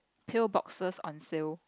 pill boxes on shelf